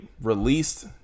released